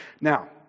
Now